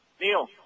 Neil